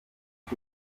ico